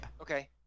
Okay